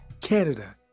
Canada